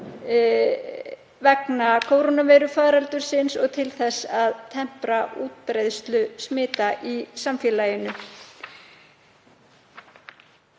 vegna kórónuveirufaraldursins og til þess að tempra útbreiðslu smita í samfélaginu.